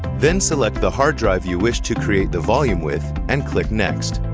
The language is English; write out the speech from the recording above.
then select the hard drive you wish to create the volume with and click next.